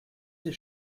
des